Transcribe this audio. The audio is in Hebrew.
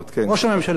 ראש הממשלה, אדוני השר.